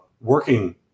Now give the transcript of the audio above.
working